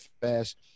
fast